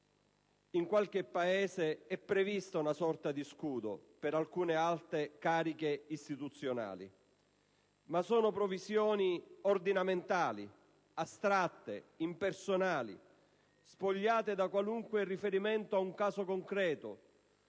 in qualche Paese è prevista una sorta di scudo per alcune alte cariche istituzionali; ma sono previsioni ordinamentali astratte, impersonali, spogliate da qualunque riferimento a un caso concreto